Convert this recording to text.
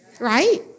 Right